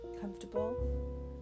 comfortable